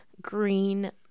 green